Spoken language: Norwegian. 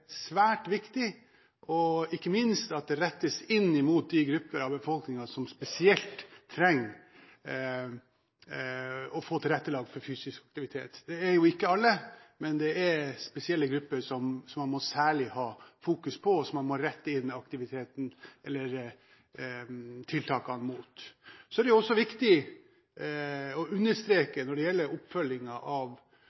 svært viktig, ikke minst at det rettes inn mot de grupper av befolkningen som spesielt trenger å få tilrettelagt for fysisk aktivitet. Det er ikke alle, men det er spesielle grupper som man må ha særlig fokus på, og som man må rette tiltakene mot. Så er det viktig å